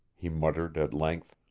he muttered at length